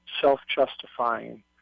self-justifying